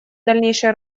дальнейшей